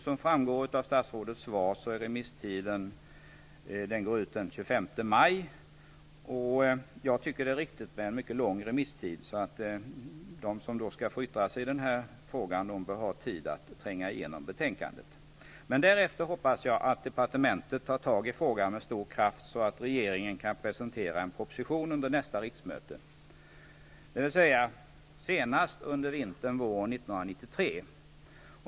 Som framgår av statsrådets svar går remisstiden ut den 25 maj. Jag tycker att det är riktigt med en mycket lång remisstid. De som skall få yttra sig i den här frågan bör ha tid at tränga igenom betänkandet. Därefter hoppas jag att departementet tar tag i frågan med stor kraft, så att regeringen kan presentera en proposition under nästa riksmöte, dvs. senast under vintern eller våren 1993.